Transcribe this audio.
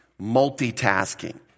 multitasking